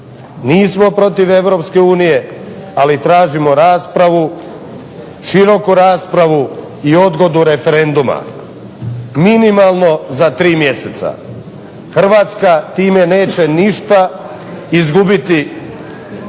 Nismo protiv Europske unije ali tražimo široku raspravu i odgodu referenduma, minimalno za tri mjeseca, Hrvatska time neće ništa izgubiti,